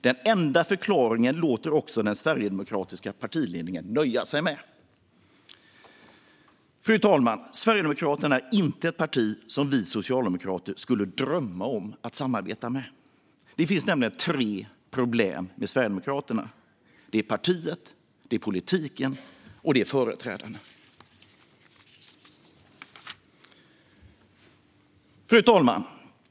Den enda förklaringen låter också den sverigedemokratiska partiledningen sig nöja med. Fru talman! Sverigedemokraterna är inte ett parti som vi socialdemokrater skulle drömma om att samarbeta med. Det finns nämligen tre problem med Sverigedemokraterna: partiet, politiken och företrädarna. Fru talman!